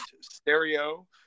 Stereo